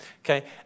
okay